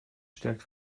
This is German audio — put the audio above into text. stärkt